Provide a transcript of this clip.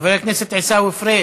חבר הכנסת עיסאווי פריג'